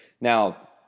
now